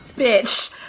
bitch